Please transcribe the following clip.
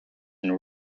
and